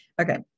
Okay